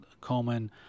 Coleman